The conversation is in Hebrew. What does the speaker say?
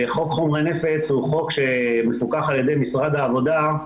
חוק חומרי נפץ הוא חוק שמפוקח על ידי משרד העבודה.